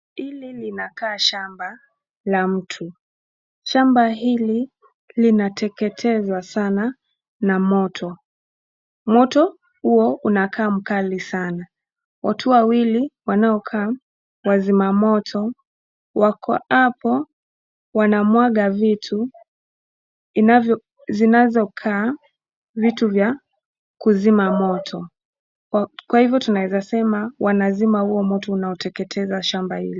Hili linakaa shamba la mtu, shamba hili linateketezwa sana na moto, moto huo unakaa mkali sana, watu wawaili wanaokaa wazima moto wako hapo Wanamwaga vitu zinazo Kaa Vitu za kuzima moto Kwa hivyo tunaeza sema wanazima Huo moto unao teketeza shamba hili.